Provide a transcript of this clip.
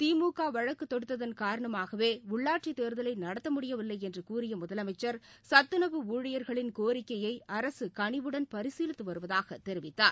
திமுக வழக்குத் தொடுத்ததன் காரணமாகவே உள்ளாட்சித் தேர்தலை நடத்த முடியவில்லை என்று கூறிய முதலமைச்சர் சத்துணவு ஊழியர்களின் கோரிக்கையை அரசு கனிவுடன் பரிசீலித்து வருவதாக தெரிவித்தார்